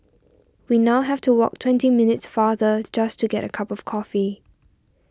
we now have to walk twenty minutes farther just to get a cup of coffee